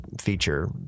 feature